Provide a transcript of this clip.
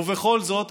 ובכל זאת,